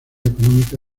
económica